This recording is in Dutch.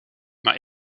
maar